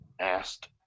asked